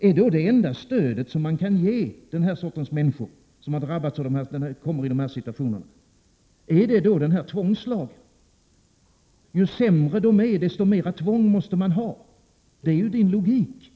Är då det enda stöd som kan ges de människor som kommer i dessa situationer denna tvångslag? Ju sämre de är, desto mer tvång måste till — det är Anita Perssons logik. Prot.